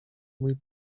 mój